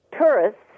tourists